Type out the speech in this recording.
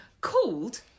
called